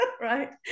right